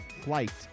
flight